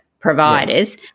providers